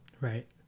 Right